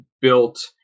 built